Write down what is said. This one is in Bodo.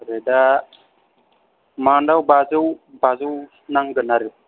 रेटआ मान्टआव बाजौ बाजौ नांगोन आरो